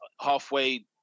halfway